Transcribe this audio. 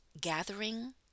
gathering